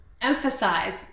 emphasize